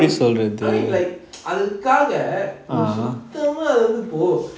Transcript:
I mean like அதுக்காக ஒரு சுத்தமா அதுவந்து போ:athukaaka oru suthamaa athuvanthu po